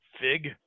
fig